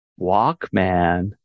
Walkman